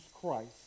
Christ